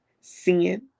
sin